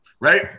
Right